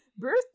birth